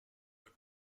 but